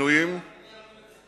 ניוד מקומות עבודה,